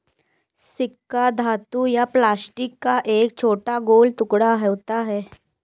सिक्का धातु या प्लास्टिक का एक छोटा गोल टुकड़ा होता है